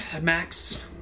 Max